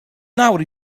nawr